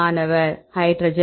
மாணவர் ஹைட்ரஜன்